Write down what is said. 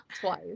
twice